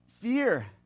fear